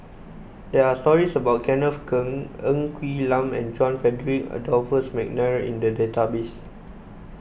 there are stories about Kenneth Keng Ng Quee Lam and John Frederick Adolphus McNair in the database